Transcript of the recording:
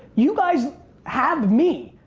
you guys have me.